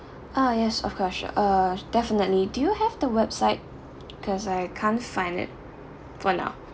ah yes of course sure uh definitely do you have the website cause I can't find it for now